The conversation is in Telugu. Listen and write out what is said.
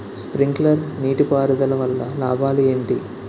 స్ప్రింక్లర్ నీటిపారుదల వల్ల లాభాలు ఏంటి?